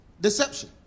deception